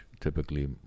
typically